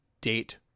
date